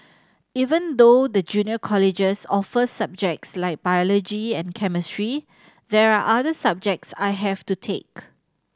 even though the junior colleges offer subjects like biology and chemistry there are other subjects I have to take